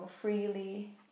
freely